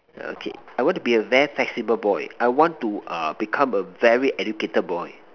okay I want to be a very flexible boy I want to uh become a very educated boy